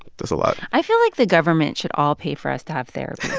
that's a lot i feel like the government should all pay for us to have therapy